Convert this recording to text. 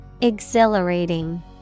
Exhilarating